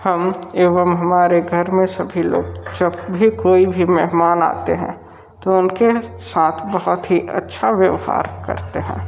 हम एवं हमारे घर में सभी लोग जब भी कोई भी मेहमान आते हैं तो उनके साथ बहुत ही अच्छा व्यवहार करते हैं